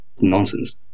nonsense